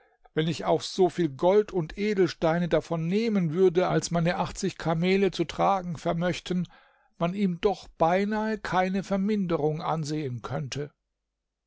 wenn ich auch so viel gold und edelsteine davon nehmen würde als meine achtzig kamele zu tragen verrnöchten man ihm doch beinahe keine verminderung ansehen könnte